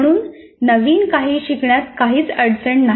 म्हणून नवीन काही शिकण्यात काहीच अडचण नाही